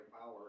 power